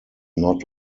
not